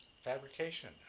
fabrication